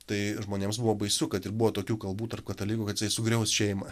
tai žmonėms buvo baisu kad ir buvo tokių kalbų tarp katalikų kad jisai sugriaus šeimą